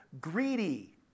greedy